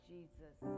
Jesus